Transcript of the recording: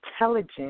intelligent